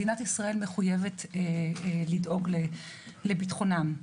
מדינת ישראל מחויבת לדאוג לביטחונם.